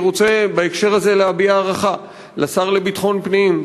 אני רוצה בהקשר הזה להביע הערכה לשר לביטחון פנים,